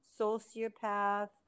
sociopath